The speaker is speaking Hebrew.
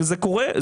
זה קורה.